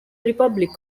republic